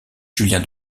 julien